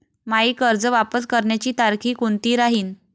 मायी कर्ज वापस करण्याची तारखी कोनती राहीन?